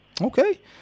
Okay